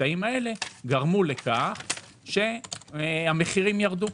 הקטעים האלה גרמו לכך שהמחירים ירדו.